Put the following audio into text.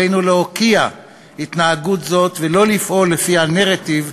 עלינו להוקיע התנהגות זאת ולא לפעול לפי הנרטיב,